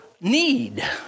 need